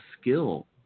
skill